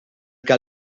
que